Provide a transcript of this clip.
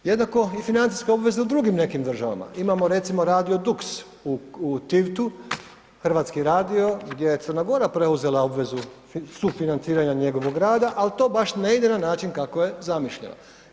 Jednako i financijska obveza u drugim nekim državama, imamo recimo Radio DUX u Tivtu, hrvatski radio gdje je Crna Gora preuzela obvezu sufinanciranja njegovog rada, ali to baš ne ide na način kako je zamišljeno.